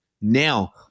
now